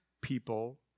people